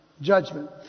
judgment